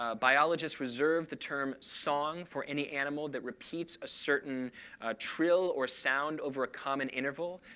ah biologists reserve the term song for any animal that repeats a certain trill or sound over a common interval.